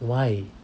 why